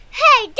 hey